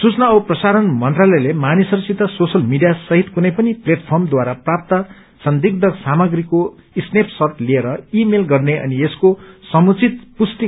सूचना औ प्रसारण मन्त्रालयले मानिसहरूसित सोशियल मीडिया सहित कुनै पनि प्लेटफ्रमंद्वारा प्राप्त संदिग्थ सामग्री स्नेपश्रट लिएर ई मेल गर्ने अनि यसको समुचित पुष्टि गर्न भनिएको छ